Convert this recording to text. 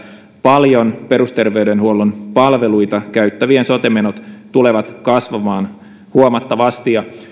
paljon perusterveydenhuollon palveluita käyttävien sote menot tulevat kasvamaan huomattavasti